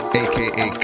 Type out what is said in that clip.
aka